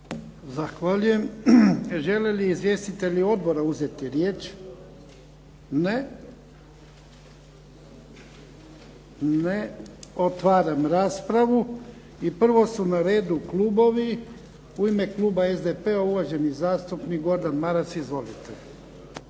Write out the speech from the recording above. Zahvaljujem. Žele li izvjestitelji odbora uzeti riječ? Ne. Otvaram raspravu. I prvo su na redu klubovi. U ime kluba SDP-a, uvaženi zastupnik Gordan Maras. Izvolite.